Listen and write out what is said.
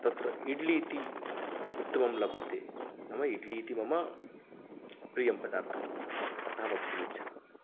तत्र इड्ली इति उत्तमं लभ्यते नाम इड्लि इति मम प्रियं पदार्थम् अतः वक्तुमिच्छामि